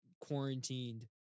quarantined